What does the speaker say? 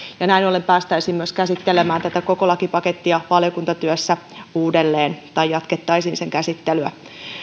näin ollen päästäisiin myös käsittelemään tätä koko lakipakettia valiokuntatyössä uudelleen tai jatkettaisiin sen käsittelyä